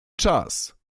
czas